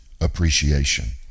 appreciation